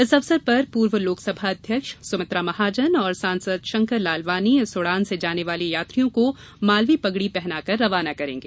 इस अवसर पर पूर्व लोकसभा अध्यक्ष सुमित्रा महाजन सांसद शंकर लालवानी इस उडान से जाने वाले यात्रियों को मालवी पगडी पहनाकर रवाना करेंगे